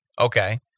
Okay